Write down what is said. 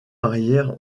arrière